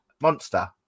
monster